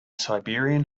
siberian